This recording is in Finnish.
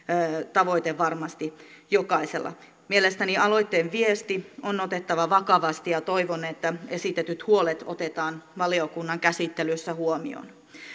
tavoite varmasti jokaisella mielestäni aloitteen viesti on otettava vakavasti ja toivon että esitetyt huolet otetaan valiokunnan käsittelyssä huomioon